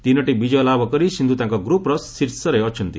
ତିନିଟି ବିଜୟ ଲାଭ କରି ସିନ୍ଧୁ ତାଙ୍କ ଗ୍ରପ୍ର ଶୀର୍ଷରେ ଅଛନ୍ତି